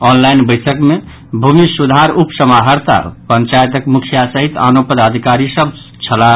online बैसक मे भूमि सुधार उप समाहर्ता पंचायतक मुखिया सहित आनो पदाधिकारी सभ छलाह